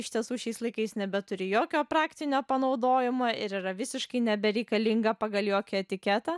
iš tiesų šiais laikais nebeturi jokio praktinio panaudojimo ir yra visiškai nebereikalinga pagal jokį etiketą